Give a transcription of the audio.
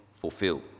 fulfilled